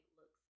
looks